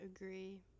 agree